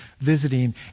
visiting